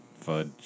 fudge